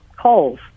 calls